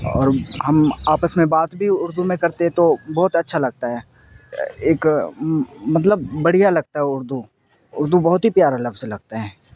اور ہم آپس میں بات بھی اردو میں کرتے تو بہت اچھا لگتا ہے ایک مطلب بڑھیا لگتا اردو اردو بہت ہی پیارا لفظ لگتا ہے